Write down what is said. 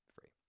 free